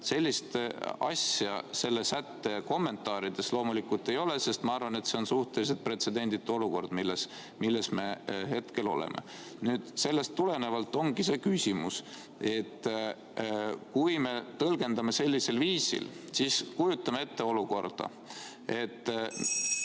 Sellist asja selle sätte kommentaarides loomulikult ei ole, sest ma arvan, et see on suhteliselt pretsedenditu olukord, milles me hetkel oleme. Sellest tulenevalt ongi küsimus, et kui me tõlgendame seda sellisel viisil, siis kujutame ette olukorda,